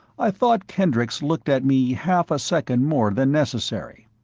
i thought kendricks looked at me half a second more than necessary.